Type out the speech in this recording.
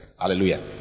Hallelujah